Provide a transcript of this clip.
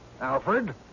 Alfred